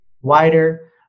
wider